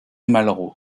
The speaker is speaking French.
malraux